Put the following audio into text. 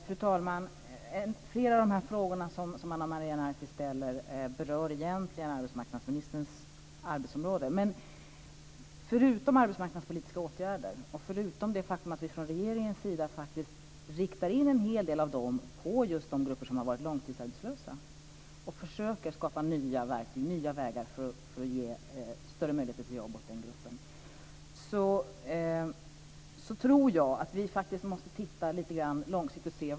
Fru talman! Flera av de frågor som Ana Maria Narti ställer berör egentligen arbetsmarknadsministerns arbetsområde. Men förutom arbetsmarknadspolitiska åtgärder och förutom det faktum att vi från regeringens sida riktar in en hel del av dessa på just de grupper som har varit långtidsarbetslösa och försöker skapa nya verktyg och vägar för att ge större möjligheter till jobb åt dessa grupper tror jag att vi måste titta lite grann långsiktigt.